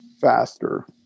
faster